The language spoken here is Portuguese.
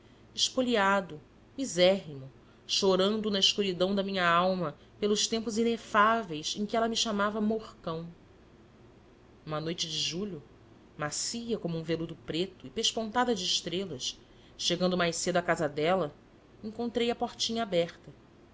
espoliado misérrimo chorando na escuridão da minha alma pelos tempos inefáveis em que ela me chamava morcão uma noite de julho macia como um veludo preto e pespontada de estrelas chegando mais cedo à casa dela encontrei a portinha aberta